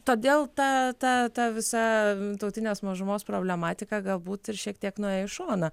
todėl ta ta ta visa tautinės mažumos problematika galbūt ir šiek tiek nuėjo į šoną